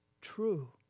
true